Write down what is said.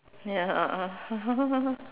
ya